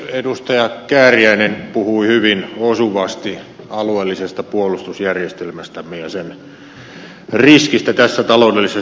edustaja kääriäinen puhui hyvin osuvasti alueellisesta puolustusjärjestelmästämme ja sen riskistä tässä taloudellisessa tilanteessa